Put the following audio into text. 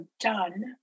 done